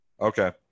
Okay